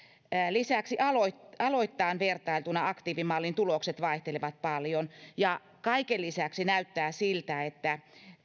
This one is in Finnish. lisäksi aloittain aloittain vertailtuna aktiivimallin tulokset vaihtelevat paljon ja kaiken lisäksi näyttää siltä että